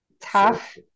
tough